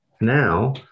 Now